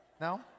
No